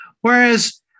Whereas